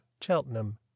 cheltenham